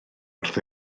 wrth